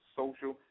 social